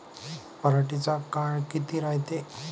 पराटीचा काळ किती रायते?